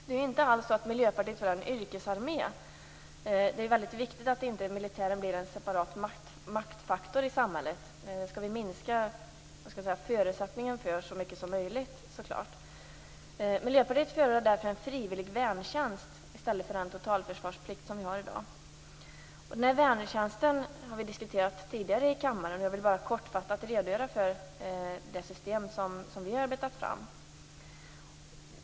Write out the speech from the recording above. Det är inte alls så att Miljöpartiet vill ha en yrkesarmé. Det är mycket viktigt att militären inte blir en separat maktfaktor i samhället. Det skall vi minska förutsättningarna för så mycket som möjligt. Miljöpartiet förordar därför en frivillig värntjänst i stället för den totalförsvarsplikt vi har i dag. Värntjänsten har vi diskuterat tidigare i kammaren. Jag vill bara kortfattat redogöra för det system som vi har arbetat fram.